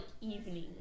evening